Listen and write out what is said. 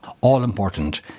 all-important